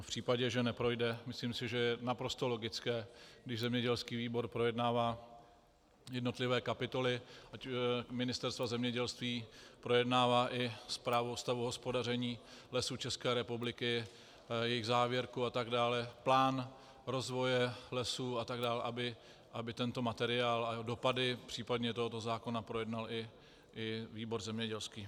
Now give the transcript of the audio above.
V případě, že neprojde, myslím si, že je naprosto logické, když zemědělský výbor projednává jednotlivé kapitoly ať Ministerstva zemědělství, projednává i zprávu o stavu hospodaření Lesů České republiky, jejich závěrku atd., plán rozvoje lesů atd., aby tento materiál a jeho dopady, případně tohoto zákona, projednal i výbor zemědělský.